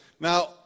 Now